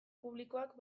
publikoak